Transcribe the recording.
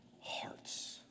hearts